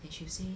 and she'll say